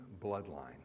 bloodline